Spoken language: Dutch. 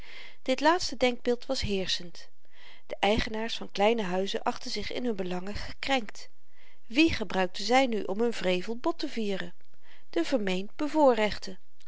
dit laatste denkbeeld was heerschend de eigenaars van kleine huizen achtten zich in hun belangen gekrenkt wie gebruikten zy nu om hun wrevel bot te vieren de